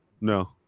No